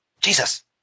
Jesus